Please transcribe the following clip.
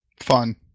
Fun